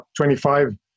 25